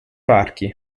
parchi